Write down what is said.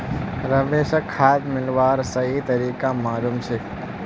रमेशक खाद मिलव्वार सही तरीका मालूम छेक